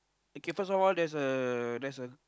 okay first of all there's a there's a